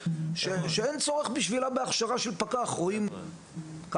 שאין בשבילה צורך בהכשרה של פקח - רואים קקי,